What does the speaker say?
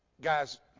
Guys